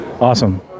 Awesome